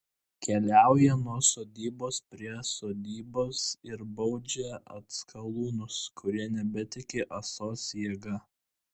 keliauja nuo sodybos prie sodybos ir baudžia atskalūnus kurie nebetiki ąsos jėga